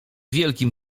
wielkim